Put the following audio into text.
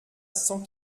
sans